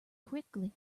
quickly